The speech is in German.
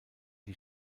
die